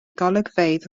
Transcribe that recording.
golygfeydd